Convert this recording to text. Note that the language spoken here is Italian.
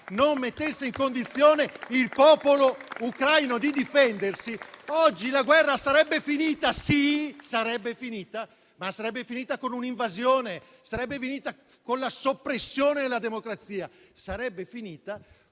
non mettesse in condizione il popolo ucraino di difendersi, oggi la guerra sarebbe finita? Sì, sarebbe finita, ma sarebbe finita con un'invasione, con la soppressione della democrazia, con la